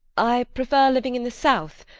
i prefer living in the south.